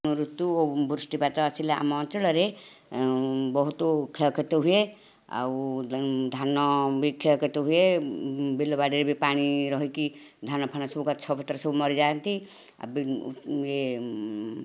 ଋତୁ ବୃଷ୍ଟିପାତ ଆସିଲେ ଆମ ଅଞ୍ଚଳରେ ବହୁତ କ୍ଷୟକ୍ଷତି ହୁଏ ଆଉ ଧାନ ବି କ୍ଷୟକ୍ଷତି ହୁଏ ବିଲବାଡ଼ିରେ ବି ପାଣି ରହିକି ଧାନ ଫାନ ସବୁ ଗଛପତ୍ର ସବୁ ମରିଯାନ୍ତି ଆଉ ବି